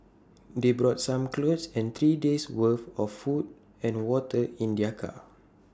they brought some clothes and three days worth of food and water in their car